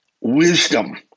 wisdom